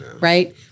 Right